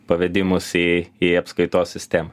pavedimus į į apskaitos sistemą